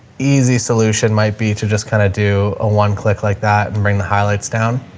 easy solution might be to just kind of do a one click like that and bring the highlights down.